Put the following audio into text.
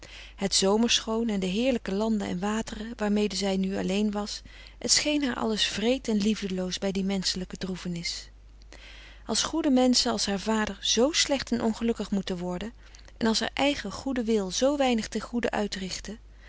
somberheid het zomerschoon en de heerlijke landen en wateren waarmede zij nu alleen was t scheen haar alles wreed en liefdeloos bij die menschelijke droefenis als goede menschen als frederik van eeden van de koele meren des doods haar vader zoo slecht en ongelukkig moeten worden en als haar eigen goede wil zoo weinig ten goede uitrichtte